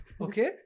okay